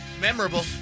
Memorable